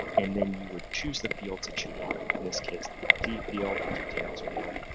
and then you would choose the fields that you wanted. in this case, the id field, the details field,